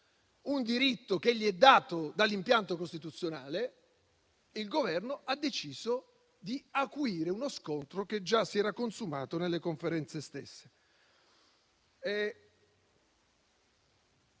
un diritto che è dato loro dall'impianto costituzionale e il Governo ha deciso di acuire uno scontro che già si era consumato nelle Conferenze stesse.